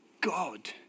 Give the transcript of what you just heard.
God